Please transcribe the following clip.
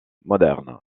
moderne